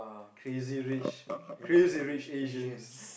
crazy rich crazy rich asians